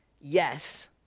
Yes